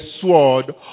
sword